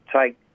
take